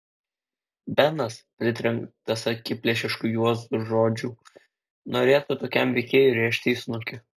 benas pritrenktas akiplėšiškų juozo žodžių norėtų tokiam veikėjui rėžti į snukį